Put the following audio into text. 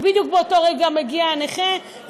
ובדיוק באותו רגע מגיע הנכה,